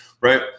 right